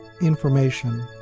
information